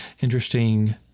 interesting